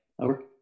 over